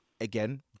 again